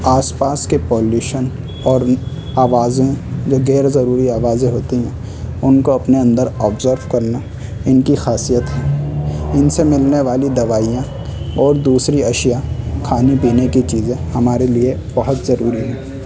آس پاس کے پولیوشن اور آوازوں جو غیر ضروری آوازیں ہوتی ہیں ان کو اپنے اندر آبزرو کرنا ان کی خاصیت ہے ان سے ملنے والی دوائیاں اور دوسری اشیاء کھانے پینے کی چیزیں ہمارے لیے بہت ضروری ہیں